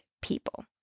people